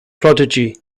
prodigy